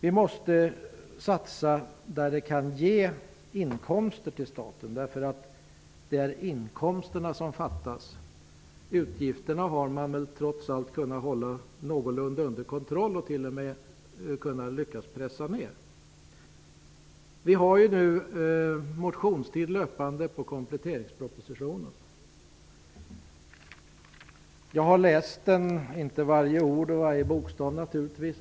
Vi måste göra satsningar där det kan ge inkomster till staten, eftersom det är inkomsterna som fattas. Utgifterna har man trots allt kunnat hålla någorlunda under kontroll och t.o.m. lyckats pressa ner. Vi har nu en löpande motionstid efter kompletteringspropositionens presentation. Jag har läst den -- naturligtvis inte varje ord och bokstav.